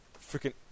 freaking